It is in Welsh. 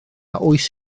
oes